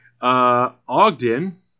Ogden